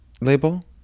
label